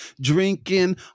drinking